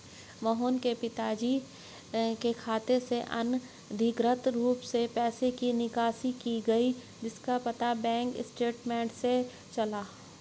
मोहन के पिताजी के खाते से अनधिकृत रूप से पैसे की निकासी की गई जिसका पता बैंक स्टेटमेंट्स से चला